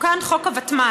תוקן חוק הוותמ"ל,